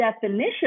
definition